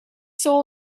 soul